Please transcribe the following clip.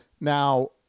now